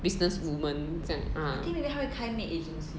businesswoman 这样 ah